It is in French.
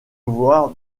voir